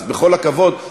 אז בכל הכבוד,